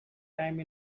time